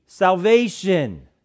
Salvation